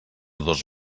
dos